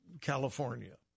California